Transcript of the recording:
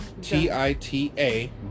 T-I-T-A